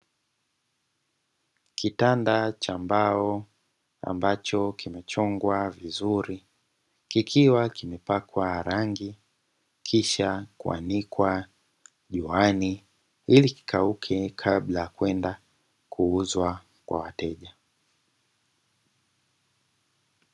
Kitanda cha mbao ambacho kimechongwa vizuri, kikiwa kimepakwa rangi kisha kuanikwa juani ili kikauke kabla ya kwenda kuuzwa kwa wateja.